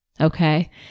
Okay